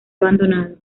abandonado